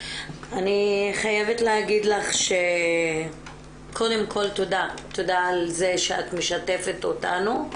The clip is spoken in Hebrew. אני חייבת להגיד לך קודם כל תודה על זה שאת משתפת אותנו,